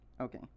Okay